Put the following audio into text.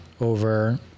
over